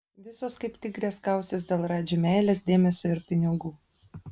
visos kaip tigrės kausis dėl radži meilės dėmesio ir pinigų